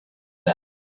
that